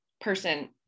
person